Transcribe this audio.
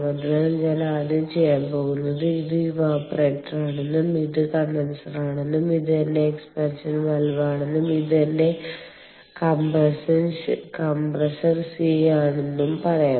അതിനാൽ ഞാൻ ആദ്യം ചെയ്യാൻ പോകുന്നത് ഇത് ഇവാപറേറ്റരാണെനും ഇത് കണ്ടൻസറാണെന്നും ഇത് എന്റെ എക്സ്പെന്ഷൻ വാൽവാണെന്നും ഇത് എന്റെ കംപ്രസർ സി ആണെന്നും പറയാം